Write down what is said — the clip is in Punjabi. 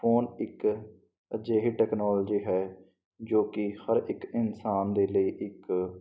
ਫੋਨ ਇੱਕ ਅਜਿਹੀ ਟੈਕਨੋਲਜੀ ਹੈ ਜੋ ਕਿ ਹਰ ਇੱਕ ਇਨਸਾਨ ਦੇ ਲਈ ਇੱਕ